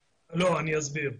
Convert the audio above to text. לא, אני אסביר.